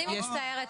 אני מתנצלת.